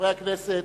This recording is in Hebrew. חברי הכנסת,